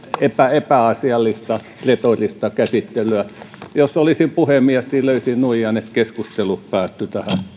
epäasiallista retorista käsittelyä jos olisin puhemies niin löisin nuijan että keskustelu päättyi tähän